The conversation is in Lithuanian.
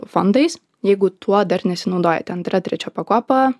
fondais jeigu tuo dar nesinaudojate antra trečia pakopa